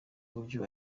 uburyo